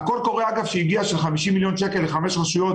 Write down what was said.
אגב, הקול קורא של 50 מיליון שקל לחמש רשויות